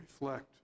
reflect